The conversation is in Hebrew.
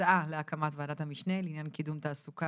הצעה להקמת ועדת המשנה לעניין קידום תעסוקה